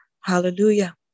hallelujah